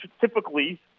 typically